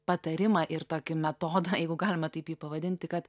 patarimą ir tokį metodą jeigu galima taip jį pavadinti kad